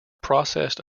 processed